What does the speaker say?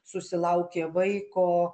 susilaukė vaiko